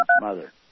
mother